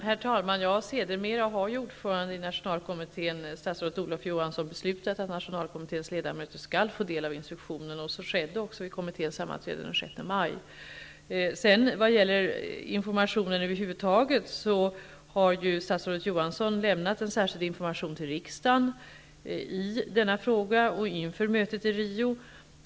Herr talman! Ja, sedermera har ordföranden i nationalkommittén, statsrådet Olof Johansson, beslutat att nationalkommitténs ledamöter skall få del av instruktionen. Så skedde också vid kommitténs sammanträde den 6 maj. Vad gäller informationen över huvud taget, har ju statsrådet Johansson lämnat en särskild information till riksdagen i denna fråga inför mötet i Rio.